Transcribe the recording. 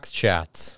chats